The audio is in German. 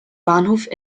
bahnhof